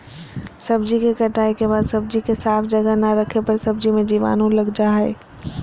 सब्जी के कटाई के बाद सब्जी के साफ जगह ना रखे पर सब्जी मे जीवाणु लग जा हय